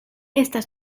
estas